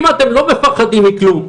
אם אתם לא מפחדים מכלום,